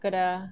kau dah